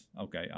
Okay